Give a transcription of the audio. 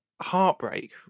heartbreak